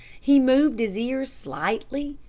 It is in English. he moved his ears slightly,